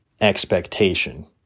expectation